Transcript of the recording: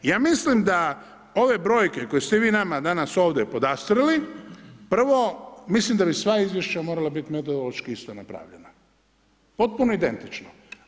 Ja mislim da ove brojke koje ste vi nama danas ovdje podastrli prvo, mislim da bi sva izvješća morala biti metodološki isto napravljena, potpuno identično.